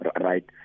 right